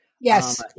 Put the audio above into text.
Yes